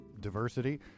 diversity